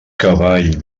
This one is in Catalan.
cavall